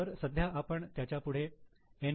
तर सध्या आपण त्याच्या पुढे एन